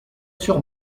sur